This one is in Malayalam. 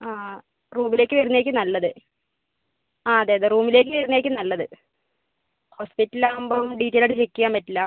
റൂമിലേക്ക് വരുന്നത് ആയിരിക്കും നല്ലത് ആ അതെ അതെ റൂമിലേക്ക് വരുന്നത് ആയിരിക്കും നല്ലത് ഹോസ്പിറ്റൽ ആകുമ്പം ഡീറ്റെയിൽ ആയിട്ട് ചെക്ക് ചെയ്യാൻ പറ്റില്ല